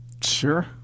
Sure